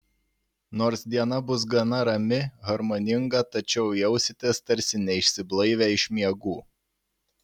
nors diena bus gana rami harmoninga tačiau jausitės tarsi neišsiblaivę iš miegų